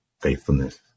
faithfulness